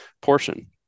portion